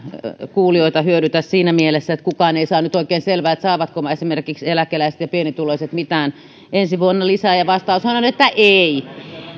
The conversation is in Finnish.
kuulijoita hyödytä siinä mielessä että kukaan ei saa nyt oikein selvää saavatko esimerkiksi eläkeläiset ja pienituloiset ensi vuonna mitään lisää ja vastaushan on että eivät